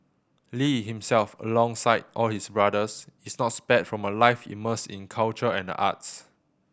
lee himself alongside all his brothers is not spared from a life immersed in culture and the arts